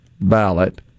ballot